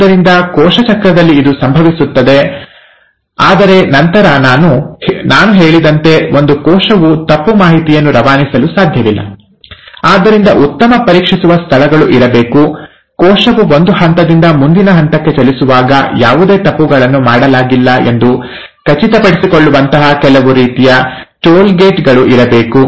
ಆದ್ದರಿಂದ ಕೋಶ ಚಕ್ರದಲ್ಲಿ ಇದು ಸಂಭವಿಸುತ್ತದೆ ಆದರೆ ನಂತರ ನಾನು ಹೇಳಿದಂತೆ ಒಂದು ಕೋಶವು ತಪ್ಪು ಮಾಹಿತಿಯನ್ನು ರವಾನಿಸಲು ಸಾಧ್ಯವಿಲ್ಲ ಆದ್ದರಿಂದ ಉತ್ತಮ ಪರೀಕ್ಷಿಸುವ ಸ್ಥಳಗಳು ಇರಬೇಕು ಕೋಶವು ಒಂದು ಹಂತದಿಂದ ಮುಂದಿನ ಹಂತಕ್ಕೆ ಚಲಿಸುವಾಗ ಯಾವುದೇ ತಪ್ಪುಗಳನ್ನು ಮಾಡಲಾಗಿಲ್ಲ ಎಂದು ಖಚಿತಪಡಿಸಿಕೊಳ್ಳುವಂತಹ ಕೆಲವು ರೀತಿಯ ಟೋಲ್ ಗೇಟ್ ಗಳು ಇರಬೇಕು